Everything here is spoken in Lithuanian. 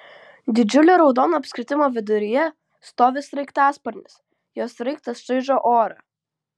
didžiulio raudono apskritimo viduryje stovi sraigtasparnis jo sraigtas čaižo orą